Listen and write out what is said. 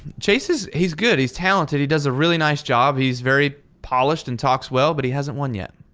chase is he's good, he's talented, he does a really nice job. he's very polished and talks well, but he hasn't won yet.